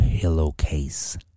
Pillowcase